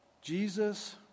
Jesus